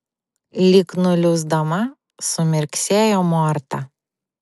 lyg nuliūsdama sumirksėjo morta